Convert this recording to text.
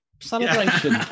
celebration